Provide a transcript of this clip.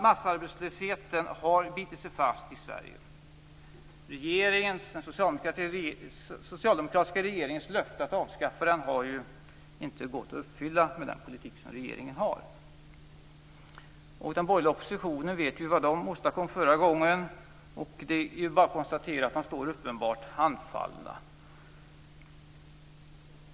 Massarbetslösheten har bitit sig fast i Sverige. Den socialdemokratiska regeringens löfte att avskaffa massarbetslösheten har inte kunnat uppfyllas med den politik som regeringen för. Vi vet vad den borgerliga oppositionen åstadkom under förra mandatperioden. Det är bara att konstatera att de står handfallna.